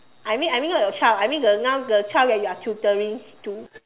I mean I mean not your child I mean the now the child that you are tutoring to